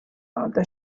other